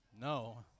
No